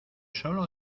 solo